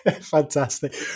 Fantastic